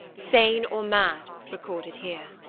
sane or mad, recorded here